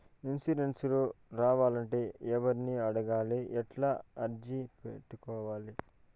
Insurance రావాలంటే ఎవర్ని అడగాలి? ఎట్లా అర్జీ పెట్టుకోవాలి?